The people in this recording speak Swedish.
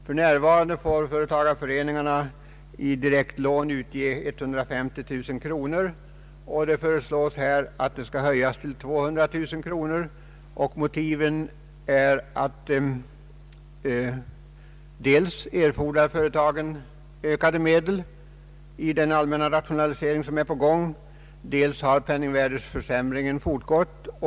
För närvarande får företagareföreningarna i direkt lån utgiva 150 000 kronor, och det beloppet föreslås bli höjt till 200 000 kronor. Motivet är dels att företagen behöver ökade medel i den allmänna rationalisering som är på gång, dels att penningvärdeförsämringen fortgått.